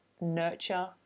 nurture